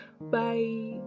bye